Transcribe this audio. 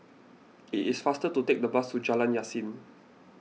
it is faster to take the bus to Jalan Yasin